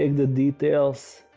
the details.